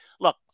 Look